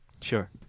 Sure